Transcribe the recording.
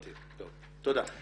הבנתי, תודה.